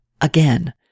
again